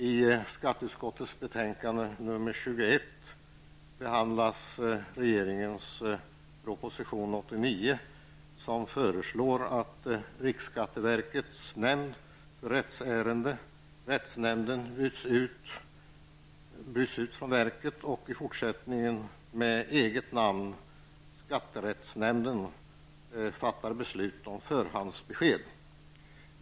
I skatteutskottets betänkande 21 behandlas regeringens proposition 89, som föreslår att riksskatteverkets nämnd för rättsärenden, rättsnämnden, bryts ut från verket och i fortsättningen med eget namn, skatterättsnämnden, fattar beslut om förhandsbesked.